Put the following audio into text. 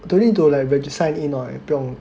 do you need to like regis~ sign in or 不用